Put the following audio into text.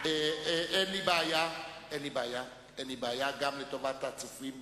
אין לי בעיה, גם לטובת הצופים בבית,